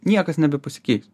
niekas nebepasikeis